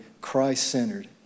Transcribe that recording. Christ-centered